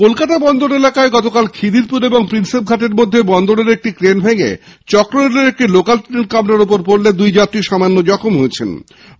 কলকাতা বন্দর এলাকায় গতকাল খিদিরপুর এবং প্রিন্সেপঘাটের মধ্যে বন্দরের একটি ক্রেন ভেঙে চক্ররেলের একটি লোকাল ট্রেনের কামরার ওপর পড়লে দুই যাত্রী জখম হয়েছেন